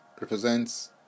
represents